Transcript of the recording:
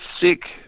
sick